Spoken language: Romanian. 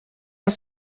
ați